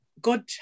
God